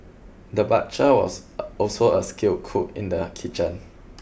the butcher was also a a skilled cook in the kitchen